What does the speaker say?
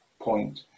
point